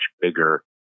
bigger